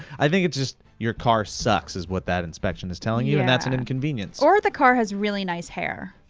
i think it's just your car sucks is what that inspection is telling you, and that's an inconvenience. or the car has really nice hair.